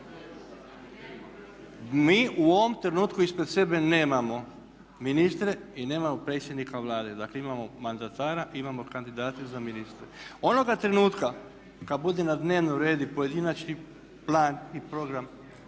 Mi u ovom trenutku ispred sebe nemamo ministre i nemamo predsjednika Vlade. Dakle imamo mandatara i imamo kandidate za ministre. Onoga trenutka kada bude na dnevnom redu i pojedinačni plan i program